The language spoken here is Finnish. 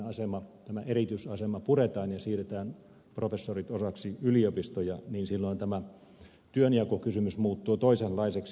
jos tämä akatemianerityisasema puretaan ja siirretään professorit osaksi yliopistoja niin silloin tämä työnjakokysymys muuttuu toisenlaiseksi